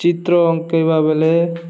ଚିତ୍ର ଅଙ୍କେଇବା ବେଲେ